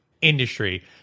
industry